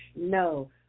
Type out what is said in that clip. no